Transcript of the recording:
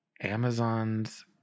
Amazon's